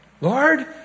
Lord